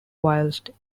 whilst